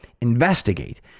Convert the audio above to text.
investigate